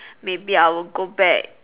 maybe I will go back